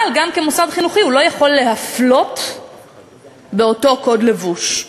אבל גם כמוסד חינוכי הוא לא יכול להפלות באותו קוד לבוש.